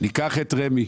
ניקח את רמ"י,